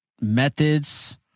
methods